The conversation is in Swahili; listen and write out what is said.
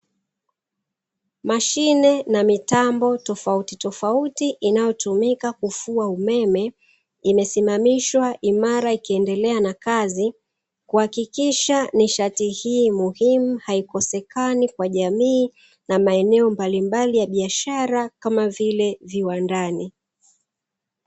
Mashine na mitambo tofautitofauti inayotumika kufua umeme, imesimamishwa imara ikiendelea na kazi, kuhakikisha ni nishati hii muhimu haikosekani kwa jamii na maeneo mbalimbali ya biashara, kama vile viwandani.